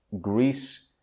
Greece